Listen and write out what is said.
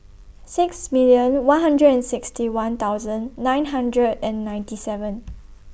six million one hundred and sixty one thousand nine hundred and ninety seven